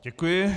Děkuji.